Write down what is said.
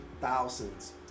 thousands